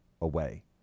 away